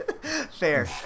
Fair